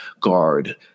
guard